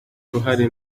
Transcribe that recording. ruhare